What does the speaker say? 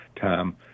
Tom